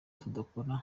tudakora